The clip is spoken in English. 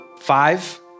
five